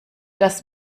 dass